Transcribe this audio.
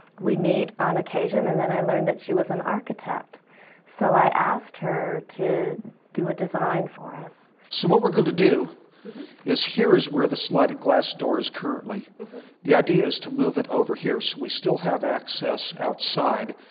we meet on occasion and then i learned she was an architect so i asked her to do a design for us. so what we're going to do is here is where the sliding glass door is currently the idea is to move it over here so we still have access outside.